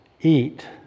eat